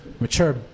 mature